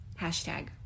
Hashtag